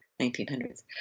1900s